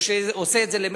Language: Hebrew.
או שעושה את זה למחצה,